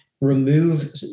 remove